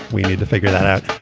we need to figure that out.